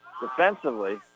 defensively